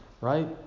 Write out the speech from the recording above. Right